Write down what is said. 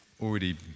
already